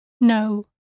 no